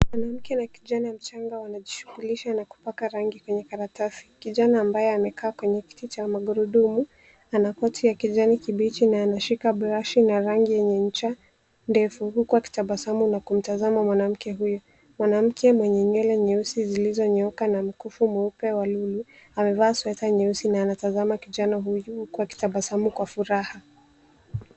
Mwanamke na kijana mjanga wanajishughukisha na Kupaka rangi zenye karatasi. Kijana ambaye amekaa kwenye kiti cha magurudumu. Ana koti ya kijani kibichi na anashika brashi na rangi yenye ncha ndefu. Huku akitabasamu na kumtazama mwanamke huyu. Mwanamke mwenye nywele nyeusi zilizonyooka na mkufu mweupe wa lulu. Amevaa sweta nyeusi na anatazama kijana huyu huku akitabasamu kwa furaha.